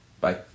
Bye